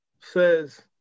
says